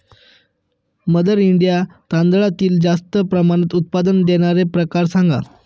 mother India तांदळातील जास्त प्रमाणात उत्पादन देणारे प्रकार सांगा